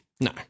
No